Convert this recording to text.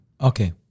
Okay